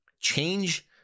Change